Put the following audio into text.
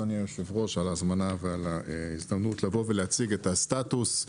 אדוני היושב-ראש על ההזמנה ועל ההזדמנות לבוא ולהציג את הסטטוס.